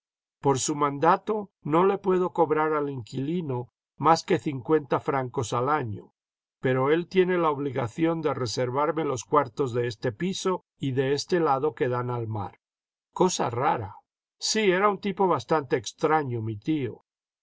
por su mandato no le puedo cobrar al inquilino más que cincuenta francos al año pero él tiene la obligación de reservarme los cuartos de este piso y de este lado que dan al mar cosa rara sí era un tipo bastante extraño mi tío